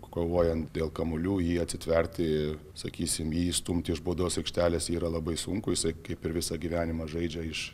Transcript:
kovojant dėl kamuolių jį atitverti sakysim jį išstumti iš baudos aikštelės yra labai sunku jisai kaip ir visą gyvenimą žaidžia iš